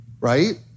right